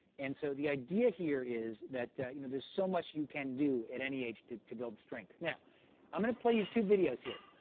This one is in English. and so the idea here is that you know there's so much you can do at any age to to build strength. now i'm going to play you two videos here.